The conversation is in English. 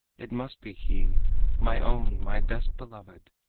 it must be he my own, my best beloved!